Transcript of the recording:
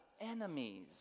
enemies